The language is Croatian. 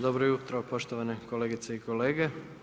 Dobro jutro poštovane kolegice i kolege.